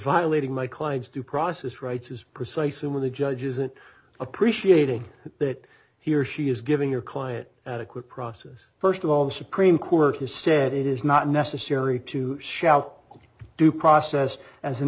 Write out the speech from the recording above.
violating my client's due process rights is precisely what the judge is it appreciating that he or she is giving your client at a quick process first of all the supreme court has said it is not necessary to shout due process as an